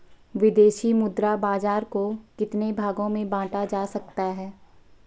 विदेशी मुद्रा बाजार को कितने भागों में बांटा जा सकता है?